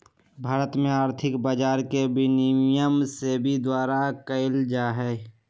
भारत में आर्थिक बजार के विनियमन सेबी द्वारा कएल जाइ छइ